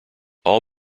all